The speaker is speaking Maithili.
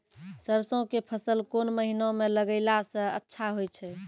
सरसों के फसल कोन महिना म लगैला सऽ अच्छा होय छै?